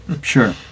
Sure